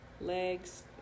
legs